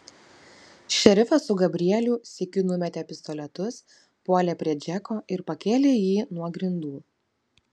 šerifas su gabrielių sykiu numetė pistoletus puolė prie džeko ir pakėlė jį nuo grindų